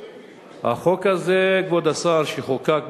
החוק הזה, כבוד השר, שחוקק ב-2001,